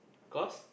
cause